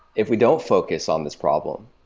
if we don't focus on this problem,